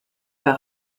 par